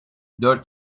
dört